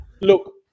Look